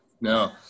no